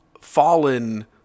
fallen